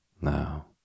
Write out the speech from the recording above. Now